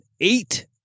eight